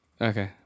Okay